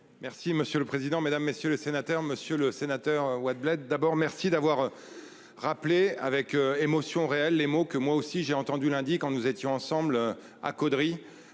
Merci monsieur le président, Mesdames, messieurs les sénateurs, Monsieur le Sénateur Wattebled d'abord merci d'avoir. Rappelé avec émotion réelle les mots que moi aussi j'ai entendu lundi quand nous étions ensemble à Caudry